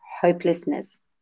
hopelessness